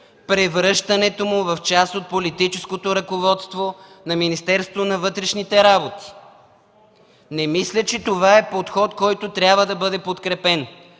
превръщането му в част от политическото ръководство на Министерството на вътрешните работи. Не мисля, че това е подход, който трябва да бъде подкрепен.